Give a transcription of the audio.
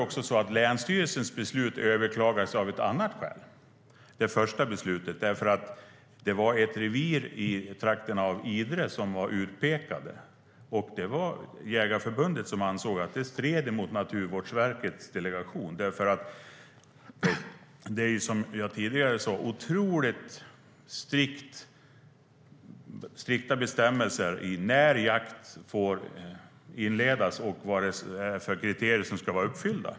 Länsstyrelsens första beslut överklagades också av ett annat skäl. Det var ett revir i trakten av Idre som var utpekat. Det var Jägarförbundet som ansåg att det stred mot Naturvårdsverkets delegation. Som jag tidigare sa finns det otroligt strikta bestämmelser för när jakt får inledas och vilka kriterier som ska vara uppfyllda.